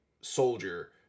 soldier